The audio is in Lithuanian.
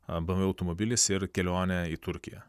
arba automobilis ir kelionė į turkiją